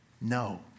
No